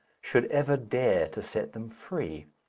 should ever dare to set them free.